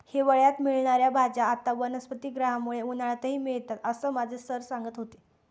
हिवाळ्यात मिळणार्या भाज्या आता वनस्पतिगृहामुळे उन्हाळ्यातही मिळतात असं माझे सर सांगत होते